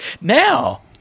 Now